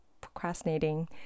procrastinating